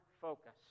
focus